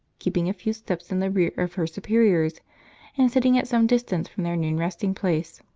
keeping a few steps in the rear of her superiors and sitting at some distance from their noon resting-place.